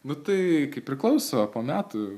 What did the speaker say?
nu tai kaip priklauso po metų